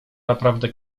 naprawdę